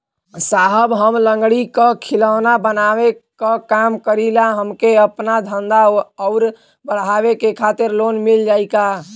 साहब हम लंगड़ी क खिलौना बनावे क काम करी ला हमके आपन धंधा अउर बढ़ावे के खातिर लोन मिल जाई का?